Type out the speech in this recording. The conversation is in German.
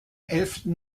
elften